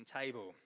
table